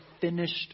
finished